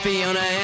Fiona